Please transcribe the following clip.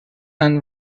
and